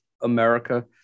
America